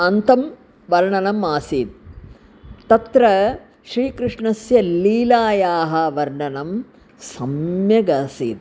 अन्तं वर्णनम् आसीत् तत्र श्रीकृष्णस्य लीलानां वर्णनं सम्यगस्ति